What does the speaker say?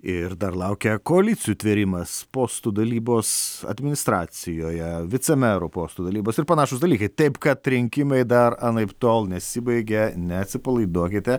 ir dar laukia koalicijų tvėrimas postų dalybos administracijoje vicemerų postų dalybos ir panašūs dalykai taip kad rinkimai dar anaiptol nesibaigė neatsipalaiduokite